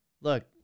Look